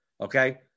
okay